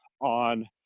on